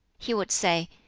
he would say,